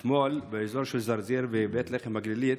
אתמול, באזור של זרזיר ובית לחם הגלילית,